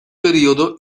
periodo